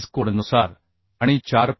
IS कोडनुसार आणि 4